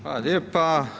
Hvala lijepa.